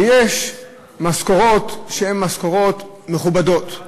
ויש משכורות שהן משכורות מכובדות,